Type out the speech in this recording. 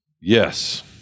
Yes